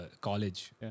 college